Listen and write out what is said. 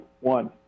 one